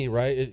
right